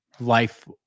life